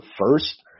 first